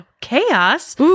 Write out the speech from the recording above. chaos